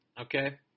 okay